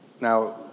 now